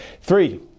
three